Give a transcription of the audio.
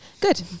Good